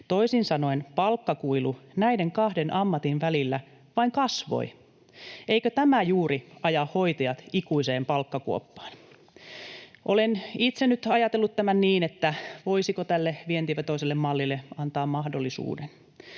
Toisin sanoen palkkakuilu näiden kahden ammatin välillä vain kasvoi. Eikö tämä juuri aja hoitajat ikuiseen palkkakuoppaan? Olen itse nyt ajatellut tämän niin, että voisiko tälle vientivetoiselle mallille antaa mahdollisuuden.